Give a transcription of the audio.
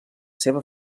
seva